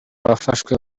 abafashwe